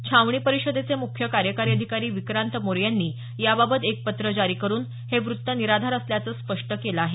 छावणी परिषदेचे मुख्य कार्यकारी अधिकारी विक्रांत मोरे यांनी याबाबत एक पत्र जारी करून हे वृत्त निराधार असल्याचं स्पष्ट केलं आहे